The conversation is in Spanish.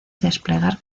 desplegar